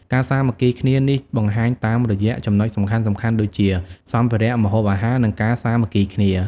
ការសាមគ្គីគ្នានេះបង្ហាញតាមរយៈចំណុចសំខាន់ៗដូចជា សម្ភារៈ ម្ហូបអាហារ និងការសាមគ្គីគ្នា។